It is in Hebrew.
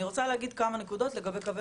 אני רוצה להגיד כמה נקודות לגבי קווי